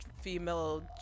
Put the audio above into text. female